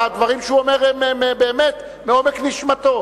הדברים שהוא אומר הם באמת מעומק נשמתו.